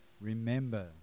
remember